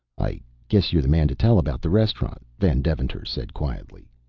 i guess you're the man to tell about the restaurant, van deventer said quietly.